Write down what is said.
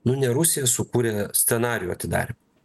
nu ne rusija sukūrė scenarijų atidarymo